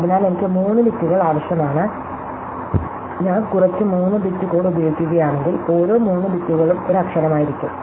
അതിനാൽ എനിക്ക് 3 ബിറ്റുകൾ ആവശ്യമാണ് ഞാൻ കുറച്ച് 3 ബിറ്റ് കോഡ് ഉപയോഗിക്കുകയാണെങ്കിൽ ഓരോ 3 ബിറ്റുകളും ഒരു അക്ഷരമായിരിക്കും